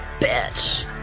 bitch